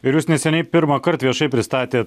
ir jūs neseniai pirmąkart viešai pristatėt